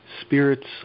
Spirits